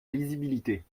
lisibilité